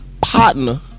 partner